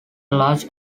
large